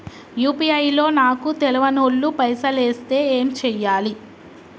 UPI లో నాకు తెల్వనోళ్లు పైసల్ ఎస్తే ఏం చేయాలి?